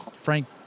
frank